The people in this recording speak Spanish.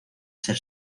ser